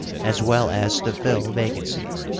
as well as to fill vacancies,